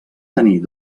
tenir